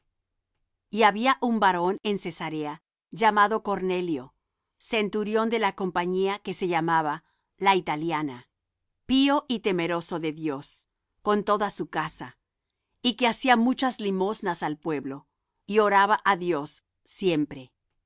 y habia un varón en cesarea llamado cornelio centurión de la compañía que se llamaba la italiana pío y temeroso de dios con toda su casa y que hacía muchas limosnas al pueblo y oraba á dios siempre